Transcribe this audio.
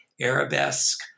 arabesque